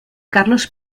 carlos